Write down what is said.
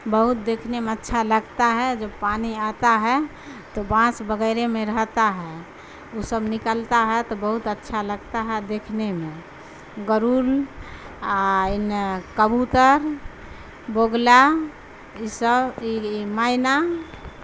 بہت دیکھنے میں اچھا لگتا ہے جب پانی آتا ہے تو بانس وغیرے میں رہتا ہے وہ سب نکلتا ہے تو بہت اچھا لگتا ہے دیکھنے میں گرول کبوتر بگلا یہ سب مینا